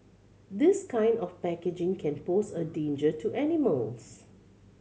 this kind of packaging can pose a danger to animals